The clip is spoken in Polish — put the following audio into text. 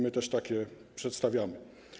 My też takie przedstawiamy.